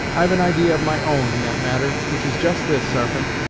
i've an idee of my own, in that matter, which is just this, sarpent.